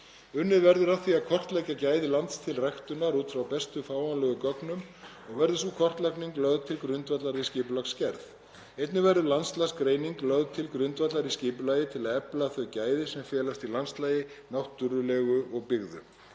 Unnið verður að því að kortleggja gæði lands til ræktunar út frá bestu fáanlegu gögnum og verður sú kortlagning lögð til grundvallar við skipulagsgerð. Einnig verður landslagsgreining lögð til grundvallar í skipulagi til að efla þau gæði sem felast í landslagi, náttúrulegu og byggðu.